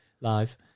live